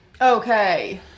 Okay